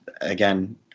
again